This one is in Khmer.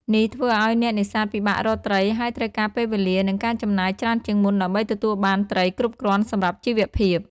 នេះធ្វើឱ្យអ្នកនេសាទពិបាករកត្រី ហើយត្រូវការពេលវេលា និងការចំណាយច្រើនជាងមុនដើម្បីទទួលបានត្រីគ្រប់គ្រាន់សម្រាប់ជីវភាព។